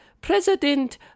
President